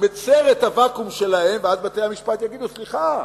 מצר את הוואקום שלהם, אז בתי-המשפט יגידו: סליחה,